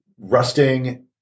Rusting